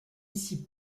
ici